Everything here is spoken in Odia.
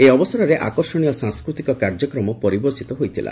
ଏହି ଅବସରରେ ଆକର୍ଷଣୀୟ ସାଂସ୍କୃତିକ କାର୍ଯ୍ୟକ୍ରମ ପରିବେଷିତ ହୋଇଥିଲା